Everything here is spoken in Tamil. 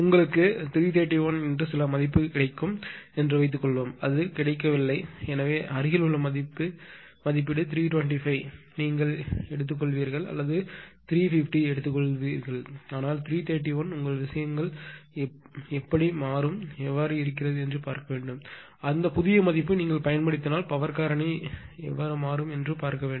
உங்களுக்கு 331 என்று சில மதிப்பு கிடைத்தது என்று வைத்துக்கொள்வோம் ஆனால் இது கிடைக்கவில்லை எனவே அருகில் உள்ள மதிப்பீடு 325 நீங்கள் எடுப்பீர்கள் அல்லது 350 எடுத்துக்கொள்ளலாம் ஆனால் 331 உங்கள் விஷயங்கள் எப்படி இருக்கிறது என்று பார்க்க வேண்டும் அந்த புதிய மதிப்பு நீங்கள் பயன்படுத்தினால் பவர் காரணி என்ன என்று பார்க்க வேண்டும்